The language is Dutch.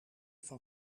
van